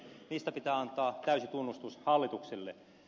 niistä pitää antaa täysi tunnustus hallitukselle